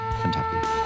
Kentucky